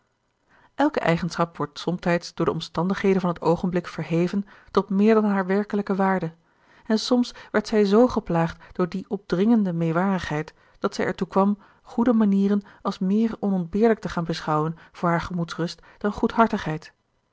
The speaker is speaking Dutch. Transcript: elke eigenschap wordt somtijds door de omstandigheden van het oogenblik verheven tot meer dan haar werkelijke waarde en soms werd zij z geplaagd door die opdringende meewarigheid dat zij ertoe kwam goede manieren als meer onontbeerlijk te gaan beschouwen voor haar gemoedsrust dan